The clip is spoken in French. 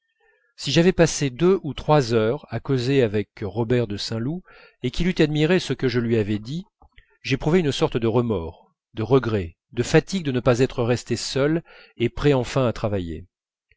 si j'avais passé deux ou trois heures à causer avec robert de saint loup et qu'il eût admiré ce que je lui avais dit j'éprouvais une sorte de remords de regret de fatigue de ne pas être resté seul et prêt enfin à travailler